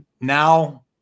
Now